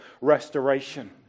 restoration